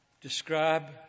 describe